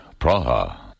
Praha